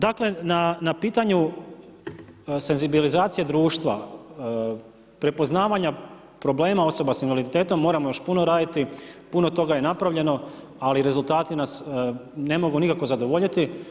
Dakle na pitanju senzibilizacije društva, prepoznavanja problema osoba sa invaliditetom moramo još puno raditi, puno toga je i napravljeno ali rezultati nas ne mogu nikako zadovoljiti.